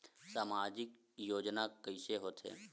सामजिक योजना कइसे होथे?